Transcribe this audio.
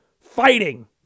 fighting